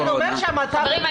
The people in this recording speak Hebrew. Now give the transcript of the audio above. חברים,